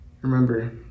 Remember